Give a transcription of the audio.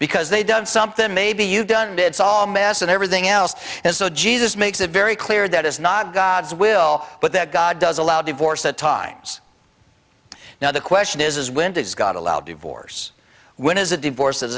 because they've done something maybe you've done bits all mess and everything else and so jesus makes it very clear that is not god's will but that god does allow divorce at times now the question is when does god allow divorce when is a divorce